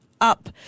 up